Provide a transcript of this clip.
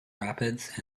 rapids